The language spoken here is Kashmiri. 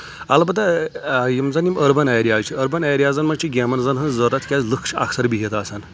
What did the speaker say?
البتہ یِم زَن یِم أربَن ایریاز چھِ أربَن ایریازَن منٛز چھِ گیمَن زَن ہٕنٛز ضوٚرَتھ کیازِ لُکھ چھِ اکثر بِہِتھ آسان